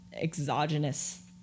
exogenous